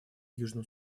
южном